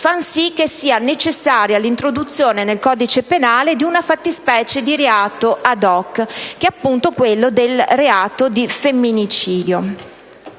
rende quindi necessaria l'introduzione nel codice penale di una fattispecie di reato *ad hoc*, che è appunto quella del reato di femminicidio.